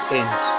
end